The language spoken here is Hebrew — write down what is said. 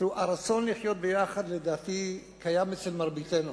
הוא שהרצון לחיות ביחד לדעתי קיים אצל מרביתנו.